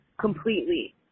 completely